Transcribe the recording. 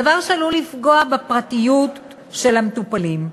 דבר שעלול לפגוע בפרטיות של המטופלים.